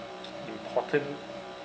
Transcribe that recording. important